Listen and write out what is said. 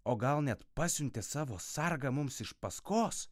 o gal net pasiuntė savo sargą mums iš paskos